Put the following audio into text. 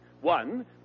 One